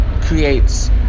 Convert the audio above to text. creates